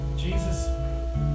Jesus